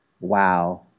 Wow